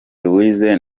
louise